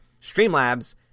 Streamlabs